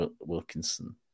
Wilkinson